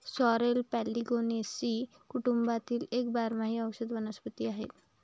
sorrel polygonaceae कुटुंबातील एक बारमाही औषधी वनस्पती आहे